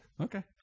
Okay